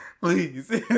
please